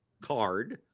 card